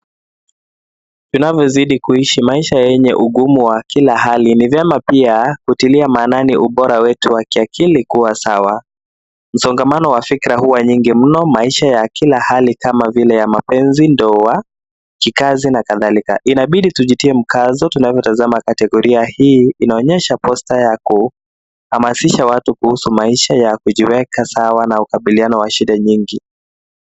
Tunavyozidi kuishi maisha yenye ugumu wa kila hali, ni vyema pia kutilia maanani ubora wetu wa kiakili kuwa sawa. Msongamano wa fikra huwa nyingi mno, maisha ya kila hali kama vile ya mapenzi, ndoa, kikazi, na kadhalika. Inabidi tujitie mkazo tunavyotazama. Kategoria hii inaonyesha posta ya kuhamasisha watu kuhusu maisha ya kujiweka sawa na kukabiliana na shida nyingi.